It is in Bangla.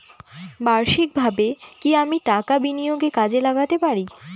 বার্ষিকভাবে কি আমি আমার টাকা বিনিয়োগে কাজে লাগাতে পারি?